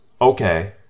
Okay